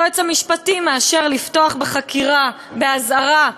היועץ המשפטי מאשר לפתוח בחקירה באזהרה.